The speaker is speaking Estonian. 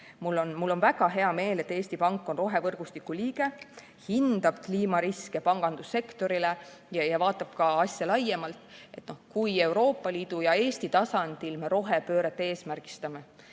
Mul on väga hea meel, et Eesti Pank on rohevõrgustiku liige, hindab kliimariske pangandussektorile ja vaatab asja laiemalt. Kui me Euroopa Liidu ja Eesti tasandil rohepööret eesmärgistame,